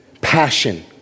passion